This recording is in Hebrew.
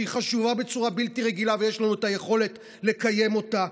שהיא חשובה בצורה בלתי רגילה ויש לנו את היכולת לקיים אותה,